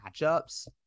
matchups